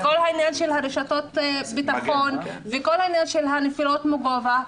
וכל העניין של רשתות ביטחון וכל העניין של הנפילות מגובה,